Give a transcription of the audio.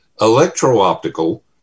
electro-optical